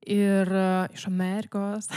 ir iš amerikos